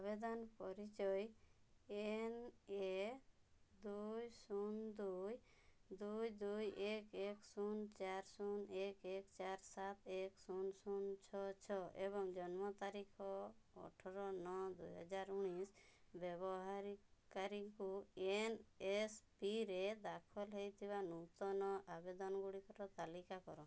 ଆବେଦନ ପରିଚୟ N A ଦୁଇ ଶୂନ ଦୁଇ ଦୁଇ ଦୁଇ ଏକ ଏକ ଶୂନ ଚାରି ଶୂନ ଏକ ଏକ ଚାର ସାତ ଏକ ଶୂନ ଶୂନ ଛଅ ଛଅ ଏବଂ ଜନ୍ମ ତାରିଖ ଅଠର ନଅ ଦୁଇ ହଜାର ଉଣେଇଶି ବ୍ୟବହାରିକାରୀଙ୍କ ଏନ୍ ଏସ୍ ପି ରେ ଦାଖଲ ହେଇଥିବା ନୂତନ ଆବେଦନଗୁଡ଼ିକର ତାଲିକା କର